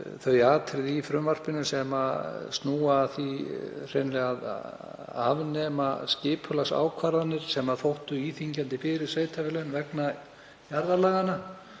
þau atriði í frumvarpinu sem snúa að því hreinlega að afnema skipulagsákvarðanir sem þóttu íþyngjandi fyrir sveitarfélögin vegna jarðalaganna.